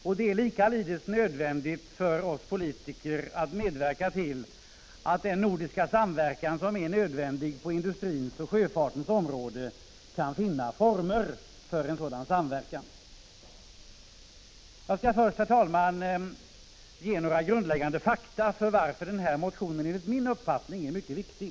Och det är likaledes nödvändigt för oss politiker att medverka till att den nordiska samverkan som är nödvändig på industrins och sjöfartens områden kan finna former. Jag skall först, herr talman, ge några grundläggande fakta för varför den aktuella motionen enligt min uppfattning är mycket viktig.